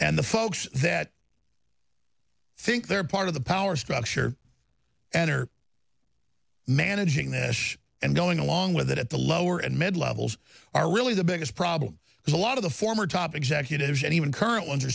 and the folks that think they're part of the power structure and are managing this and going along with it at the lower and mid levels are really the biggest problem is a lot of the former top executives and even current ones are